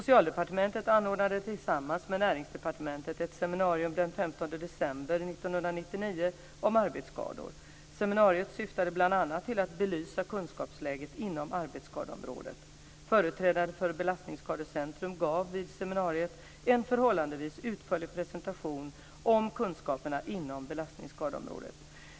15 december 1999 om arbetsskador. Seminariet syftade bl.a. till att belysa kunskapsläget inom arbetsskadeområdet. Företrädare för Belastningsskadecentrum gav vid seminariet en förhållandevis utförlig presentation om kunskaperna inom belastningsskadeområdet.